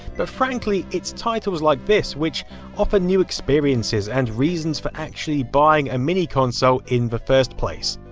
but frankly it's titles like this which offer new experiences, and reasons for actually buying a mini console in the first place.